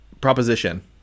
Proposition